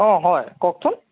অঁ হয় কওকচোন